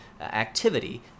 activity